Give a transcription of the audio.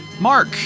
Mark